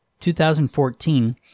2014